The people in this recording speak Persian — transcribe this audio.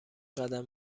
قدم